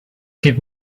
give